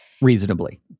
Reasonably